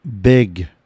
big